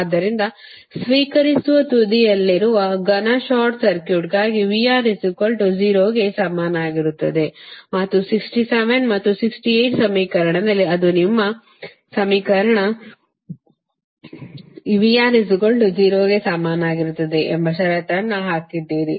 ಆದ್ದರಿಂದ ಸ್ವೀಕರಿಸುವ ತುದಿಯಲ್ಲಿರುವ ಘನ ಶಾರ್ಟ್ ಸರ್ಕ್ಯೂಟ್ಗಾಗಿ VR 0 ಗೆ ಸಮನಾಗಿರುತ್ತದೆ ಮತ್ತು 67 ಮತ್ತು 68 ಸಮೀಕರಣದಲ್ಲಿ ಅದು ನಿಮ್ಮ ಈ ಸಮೀಕರಣ 67 ಮತ್ತು 68 ಈ 2 ಸಮೀಕರಣವು VR 0 ಗೆ ಸಮಾನವಾಗಿರುತ್ತದೆ ಎಂಬ ಷರತ್ತನ್ನು ಹಾಕಿದ್ದೀರಿ